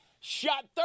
shot